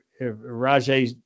Rajay